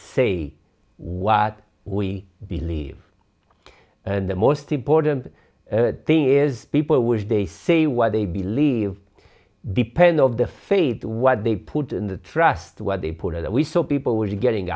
say what we believe and the most important thing is people which they say what they believe depend of the faith what they put in the trust where they put it that we saw people were getting